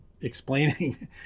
explaining